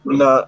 na